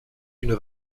une